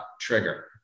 trigger